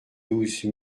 douze